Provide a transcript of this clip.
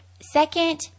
Second